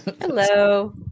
Hello